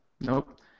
Nope